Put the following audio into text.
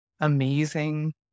amazing